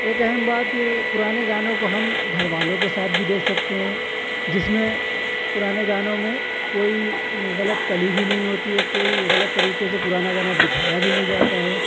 ایک اہم بات یہ پرانے گانوں کو ہم گھر والوں کے ساتھ بھی دیکھ سکتے ہیں جس میں پرانے گانوں میں کوئی غلط کلی بھی نہیں ہوتی ہے کوئی غلط طریقے سے پرانا گانا دکھایا بھی نہیں جاتا ہے